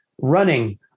running